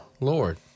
Lord